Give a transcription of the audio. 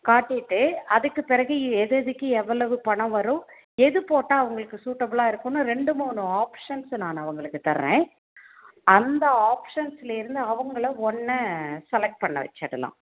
காட்டிவிட்டு அதுக்கு பிறகு எதுதெதுக்கு எவ்வளவு பணம் வரும் எது போட்டால் அவங்களுக்கு சூட்டபுளாக இருக்கும்னு ரெண்டு மூணு ஆப்ஷன்ஸ்ஸை நான் அவர்களுக்கு தர்றேன் அந்த ஆப்ஷன்ஸ்லேருந்து அவங்களை ஒன்றை செலக்ட் பண்ண வச்சுடலாம்